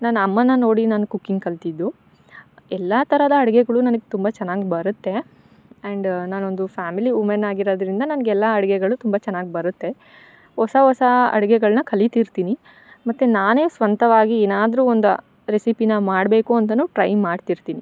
ನಾನು ಅಮ್ಮನ ನೋಡಿ ನಾನು ಕುಕಿಂಗ್ ಕಲಿತಿದ್ದು ಎಲ್ಲ ಥರದ ಅಡ್ಗೆಗಳು ನನ್ಗೆ ತುಂಬ ಚೆನ್ನಾಗ್ ಬರುತ್ತೆ ಆ್ಯಂಡ್ ನಾನು ಒಂದು ಫ್ಯಾಮಿಲಿ ಉಮೆನ್ ಆಗಿರೋದ್ರಿಂದ ನನಗೆಲ್ಲಾ ಅಡುಗೆಗಳು ತುಂಬ ಚೆನ್ನಾಗ್ ಬರುತ್ತೆ ಹೊಸ ಹೊಸ ಅಡುಗೆಗಳ್ನ ಕಲೀತಿರ್ತೀನಿ ಮತ್ತು ನಾನೇ ಸ್ವಂತವಾಗಿ ಏನಾದರು ಒಂದು ರೆಸಿಪಿನ ಮಾಡಬೇಕು ಅಂತ ಟ್ರೈ ಮಾಡ್ತಿರ್ತಿನಿ